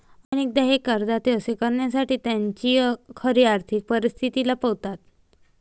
अनेकदा हे करदाते असे करण्यासाठी त्यांची खरी आर्थिक परिस्थिती लपवतात